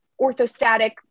orthostatic